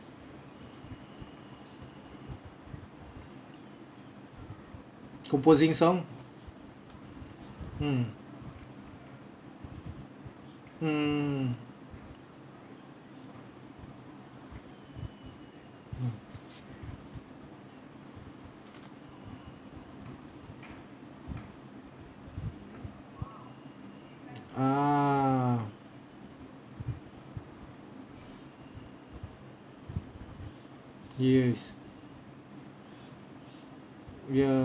composing song mm mm ah yes ya